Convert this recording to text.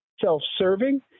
self-serving